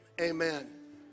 Amen